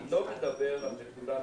אני לא מדבר על נקודה נוספת,